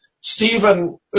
Stephen